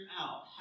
out